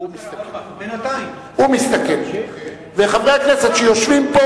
הוא מסתכל, וחברי הכנסת שיושבים פה